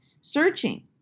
searching